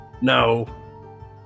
No